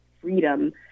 freedom